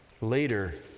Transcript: later